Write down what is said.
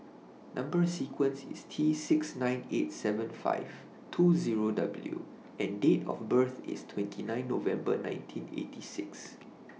Number sequence IS T six nine eight seven five two Zero W and Date of birth IS twenty nine November nineteen eighty six